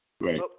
Right